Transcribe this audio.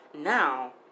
now